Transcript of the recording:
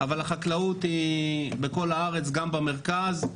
אבל החקלאות היא בכל הארץ, גם במרכז,